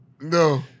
No